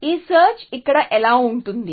ఈ సెర్చ్ ఇక్కడ ఎలా ఉంటుంది